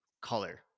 color